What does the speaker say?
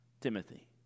Timothy